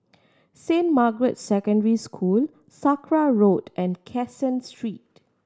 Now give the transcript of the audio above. Saint Margaret's Secondary School Sakra Road and Caseen Street